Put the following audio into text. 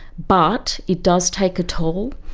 but it does take a toll.